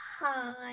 Hi